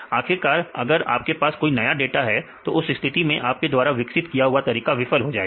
आखिरकार अगर आपके पास कोई नया डाटा है तो उस स्थिति में आपके द्वारा विकसित किया हुआ तरीका विफल हो जाएगा